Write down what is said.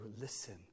listen